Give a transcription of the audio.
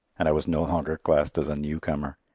and i was no longer classed as a newcomer!